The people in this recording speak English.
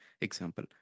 example